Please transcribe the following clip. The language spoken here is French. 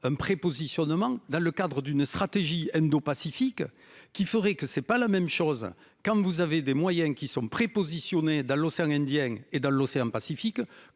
un prépositionnement dans le cadre d'une stratégie indopacifique qui ferait que c'est pas la même chose quand vous avez des moyens qui sont prépositionnés dans l'océan Indien et dans l'océan Pacifique